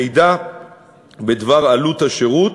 מידע בדבר עלות השירות